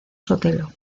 sotelo